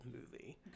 movie